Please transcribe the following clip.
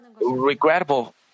regrettable